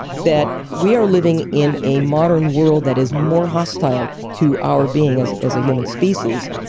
that we are living in a modern world that is more hostile to our being as as a human species,